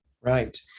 Right